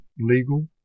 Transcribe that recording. legal